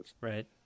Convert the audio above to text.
Right